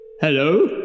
hello